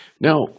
Now